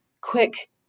quick